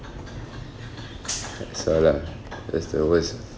sia lah that's the worst